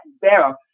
barrel